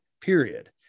period